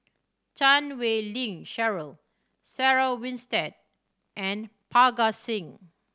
Chan Wei Ling Cheryl Sarah Winstedt and Parga Singh